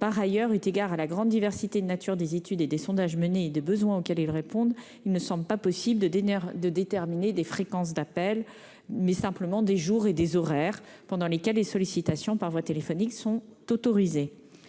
Par ailleurs, eu égard à la grande diversité de nature des études et des sondages menés et des besoins auxquels ils répondent, il ne semble pas possible de déterminer la fréquence des appels, mais seulement les jours et horaires pendant lesquels les sollicitations par voie téléphonique sont autorisées.